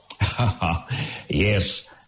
Yes